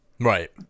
right